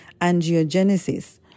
angiogenesis